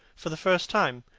for the first time.